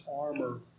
armor